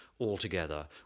altogether